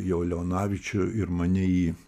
jau leonavičių ir mane į